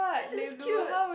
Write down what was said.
this is cute